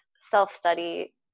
self-study